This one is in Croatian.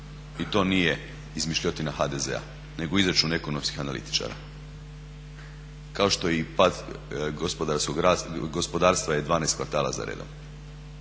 I to nije izmišljotina HDZ-a nego izračun ekonomskih analitičara. Kao što je i pad gospodarstva 12 kvartala za redom.